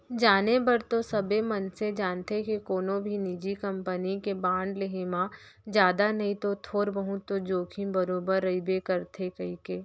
जाने बर तो सबे मनसे जानथें के कोनो भी निजी कंपनी के बांड लेहे म जादा नई तौ थोर बहुत तो जोखिम बरोबर रइबे करथे कइके